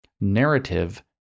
narrative